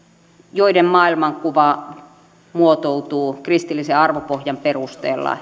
joiden maailmankuva muotoutuu kristillisen arvopohjan perusteella